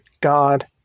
God